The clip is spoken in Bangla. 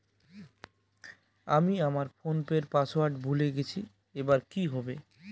আমি আমার ফোনপের পাসওয়ার্ড ভুলে গেছি এবার কি হবে?